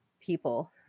people